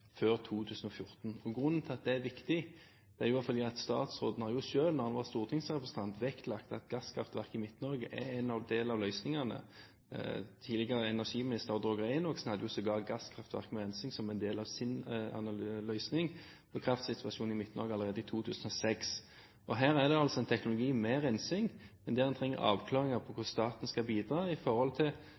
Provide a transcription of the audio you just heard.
før 2014? Statsråden vektla jo selv, da han var stortingsrepresentant, at gasskraftverk i Midt-Norge er en del av løsningene. Tidligere energiminister Odd Roger Enoksen hadde jo sågar gasskraftverk og rensing som en del av sin løsning på kraftsituasjonen i Midt-Norge allerede i 2006. Og her er det altså en teknologi med rensing, men der en trenger avklaringer på hvordan staten skal bidra i forhold